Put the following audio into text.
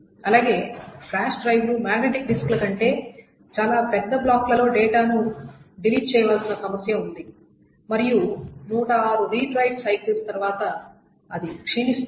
అలాగే ఫ్లాష్ డ్రైవ్లు మాగ్నెటిక్ డిస్క్ల కంటే చాలా పెద్ద బ్లాక్లలో డేటాను డిలీట్ చెయ్యవలసిన సమస్య ఉంది మరియు 106 రీడ్ రైట్ సైకిల్స్ తర్వాత అది క్షీణిస్తుంది